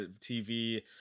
TV